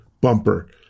bumper